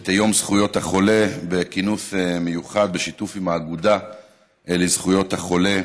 את יום זכויות החולה בכינוס מיוחד בשיתוף עם האגודה לזכויות החולה.